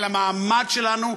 על המעמד שלנו,